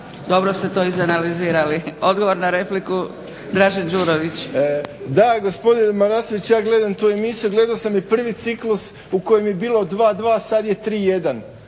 Dobro ste to iz analizirali. Odgovor na repliku, Dražen Đurović. **Đurović, Dražen (HDSSB)** Da, gospodin Marasović, ja gledam tu emisiju, gledao sam i prvi ciklus u kojem je bilo dva dva, sad je tri